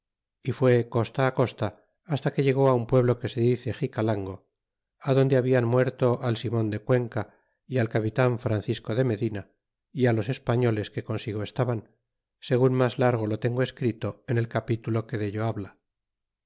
y fué costa costa basta que llegó un pueblo que se dice xicalarigo donde habian muerto al simon de cuenca y al capitan francisco de medina y los españoles que consigo estaban segun mas largo lo tengo escrito en el capitulo que dello habla